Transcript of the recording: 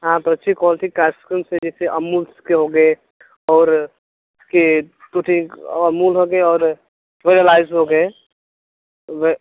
हाँ तो अच्छी क्वाॅलटी की आइस क्रीम्स है जैसे अमुल्स के हो गए और इसके दो तीन अमूल हो गए और हो गएँ वे